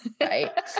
right